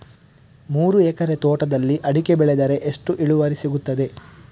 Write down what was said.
ಮೂರು ಎಕರೆ ತೋಟದಲ್ಲಿ ಅಡಿಕೆ ಬೆಳೆದರೆ ಎಷ್ಟು ಇಳುವರಿ ಸಿಗುತ್ತದೆ?